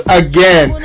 again